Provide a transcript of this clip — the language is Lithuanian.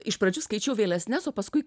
iš pradžių skaičiau vėlesnes o paskui